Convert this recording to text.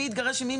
מי התגרש ממי,